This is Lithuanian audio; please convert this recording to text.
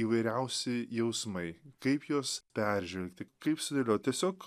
įvairiausi jausmai kaip juos peržvelgti kaip sudėliot tiesiog